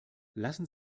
lassen